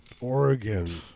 Oregon